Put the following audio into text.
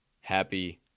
Happy